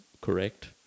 correct